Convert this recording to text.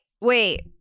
wait